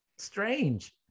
Strange